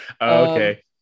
Okay